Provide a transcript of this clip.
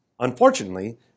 Unfortunately